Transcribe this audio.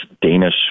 Danish